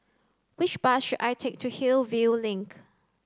which bus should I take to Hillview Link